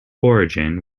origin